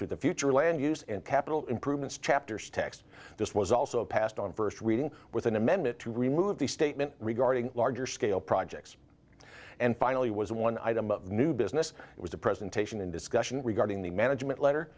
to the future land use and capital improvements chapters text this was also passed on first reading with an amendment to remove the statement regarding larger scale projects and finally was one item of new business it was a presentation and discussion regarding the management letter